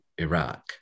Iraq